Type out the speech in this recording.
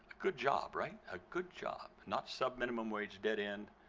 good job, right, a good job, not some minimum wage dead end,